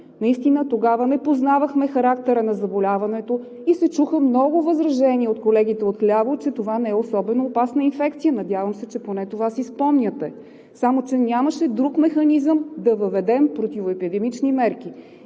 Наистина, тогава не познавахме характера на заболяването и се чуха много възражения от колегите отляво, че това не е особено опасна инфекция – надявам се, че поне това си спомняте, само че нямаше друг механизъм да въведем противоепидемични мерки.